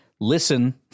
listen